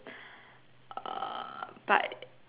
uh but